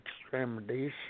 extremities